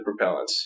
propellants